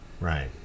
Right